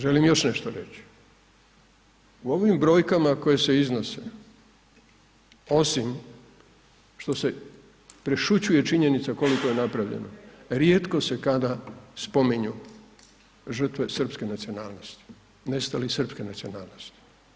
Želim još nešto reći, u ovim brojkama koje se iznosi, osim što se prešućuje činjenica koliko je napravljeno, rijetko se kada spominju žrtve srpske nacionalnosti, nestali srpske nacionalnosti.